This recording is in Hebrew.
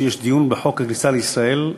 כשיש דיון בחוק הכניסה לישראל,